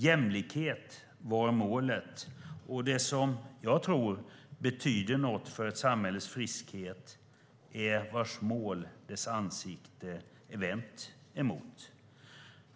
Jämlikhet var målet, och det som jag tror betyder något för ett samhälles friskhet är vilket mål dess ansikte är vänt mot.